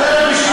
אתה לא יכול,